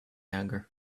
anger